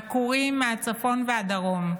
עקורים מהצפון והדרום,